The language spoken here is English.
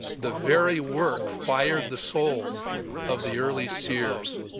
the very work fired the souls of the early seers.